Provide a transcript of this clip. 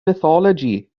mythology